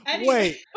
Wait